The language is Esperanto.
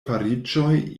fariĝoj